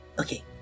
Okay